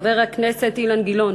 חבר הכנסת אילן גילאון,